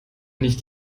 nicht